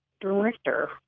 director